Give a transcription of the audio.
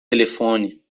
telefone